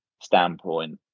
standpoint